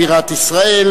בירת ישראל,